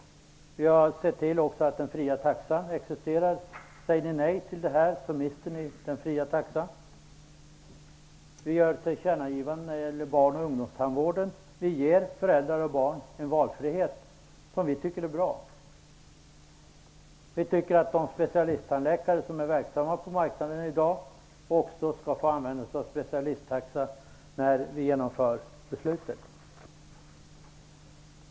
Vi har också sett till att den fria taxan existerar. Säger ni nej till detta mister ni den fria taxan. Vi har föreslagit ett tillkännagivande när det gäller barn och ungdomstandvården. Vi vill ge föräldrar och barn en valfrihet, något som vi tycker är bra. Vi anser att de specialisttandläkare som i dag är verksamma på marknaden också skall få använda sig av specialisttaxa när beslutet genomförs.